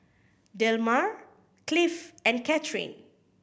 Delmar Cliff and Cathryn